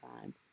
time